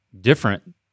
different